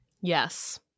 Yes